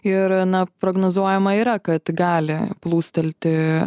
ir na prognozuojama yra kad gali plūstelti